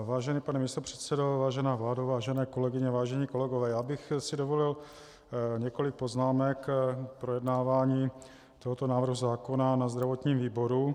Vážený pane místopředsedo, vážená vládo, vážené kolegyně, vážení kolegové, dovolil bych si několik poznámek k projednávání tohoto návrhu zákona na zdravotním výboru.